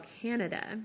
Canada